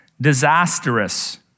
disastrous